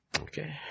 Okay